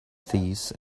thieves